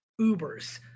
Ubers